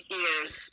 ears